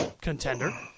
contender